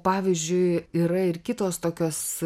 pavyzdžiui yra ir kitos tokios